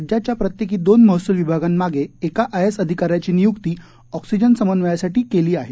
राज्याच्या प्रत्येकी दोन महसूली विभागांमागे एका आयएएस अधिकाऱ्याची नियुक्ती ऑक्सिजन समन्वयासाठी केली आहे